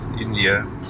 India